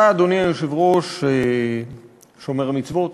אתה, אדוני היושב-ראש, שומר מצוות.